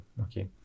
okay